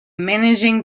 managing